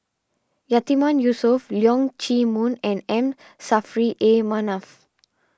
Yatiman Yusof Leong Chee Mun and M Saffri A Manaf